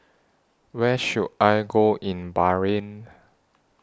Where should I Go in Bahrain